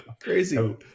Crazy